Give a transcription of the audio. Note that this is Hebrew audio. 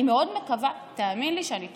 אני מאוד מקווה, תאמין לי, שאני טועה.